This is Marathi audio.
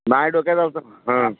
माझ्या डोक्यात जातं मग हां